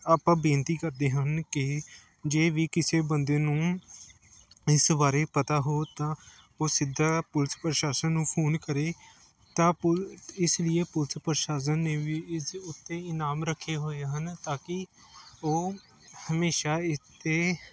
ਆਪਾਂ ਬੇਨਤੀ ਕਰਦੇ ਹਨ ਕਿ ਜੇ ਵੀ ਕਿਸੇ ਬੰਦੇ ਨੂੰ ਇਸ ਬਾਰੇ ਪਤਾ ਹੋ ਤਾਂ ਉਹ ਸਿੱਧਾ ਪੁਲਿਸ ਪ੍ਰਸ਼ਾਸਨ ਨੂੰ ਫੋਨ ਕਰੇ ਤਾਂ ਪੁਲਸ ਇਸ ਲੀਏ ਪੁਲਸ ਪ੍ਰਸ਼ਾਸਨ ਨੇ ਵੀ ਇਸ ਉੱਤੇ ਇਨਾਮ ਰੱਖੇ ਹੋਏ ਹਨ ਤਾਂ ਕਿ ਉਹ ਹਮੇਸ਼ਾਂ ਇੱਥੇ